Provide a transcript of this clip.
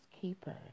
keeper